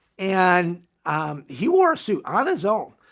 and he wore a suit on his own.